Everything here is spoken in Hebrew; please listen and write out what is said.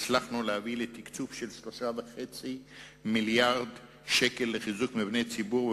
הצלחנו להביא לתקצוב של 3.5 מיליארדי שקלים לחיזוק מבני ציבור,